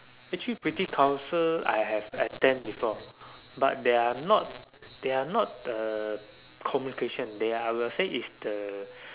actually British council I have attend before but they are not they are not uh communication they are I will say it's the